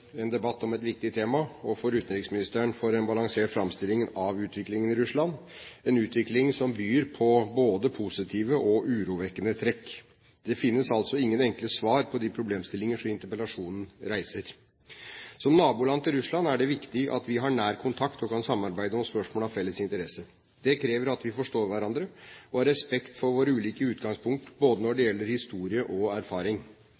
en balansert framstilling av utviklingen i Russland – en utvikling som byr på både positive og urovekkende trekk. Det finnes altså ingen enkle svar på de problemstillinger som interpellasjonen reiser. Som naboland til Russland er det viktig at vi har nær kontakt og kan samarbeide om spørsmål av felles interesse. Det krever at vi forstår hverandre og har respekt for våre ulike utgangspunkt, både når det gjelder historie og erfaring.